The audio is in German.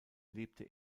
lebte